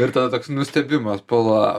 ir tada toks nustebimas pala